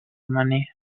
money